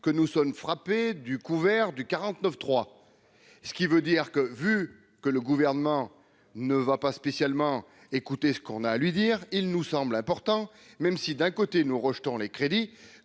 que nous sommes frappés du couvert du 49 3 ce qui veut dire que vu que le gouvernement ne va pas spécialement écoutez ce qu'on a à lui dire, il nous semble important, même si d'un côté nous rejetons les crédits